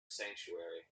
sanctuary